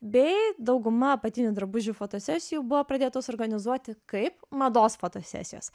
bei dauguma apatinių drabužių fotosesijų buvo pradėtos organizuoti kaip mados fotosesijos